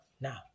now